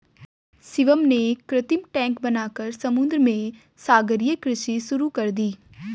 शिवम ने कृत्रिम टैंक बनाकर समुद्र में सागरीय कृषि शुरू कर दी